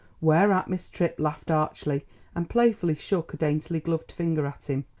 whereat miss tripp laughed archly and playfully shook a daintily gloved finger at him.